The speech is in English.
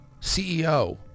ceo